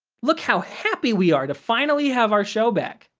look how happy we are to finally have our show back!